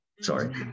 Sorry